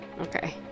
okay